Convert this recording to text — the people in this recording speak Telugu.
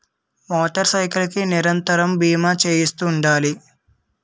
మోటార్ సైకిల్ కి నిరంతరము బీమా చేయిస్తుండాలి